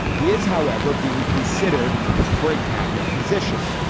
he is, however, being considered for a cabinet position,